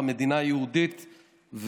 במדינה היהודית,